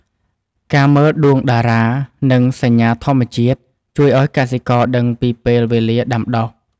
ការមើលដួងតារា និងសញ្ញាធម្មជាតិ ជួយឱ្យកសិករដឹងពីពេលវេលាដាំដុះ។